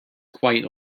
quite